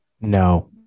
no